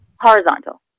Horizontal